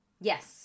Yes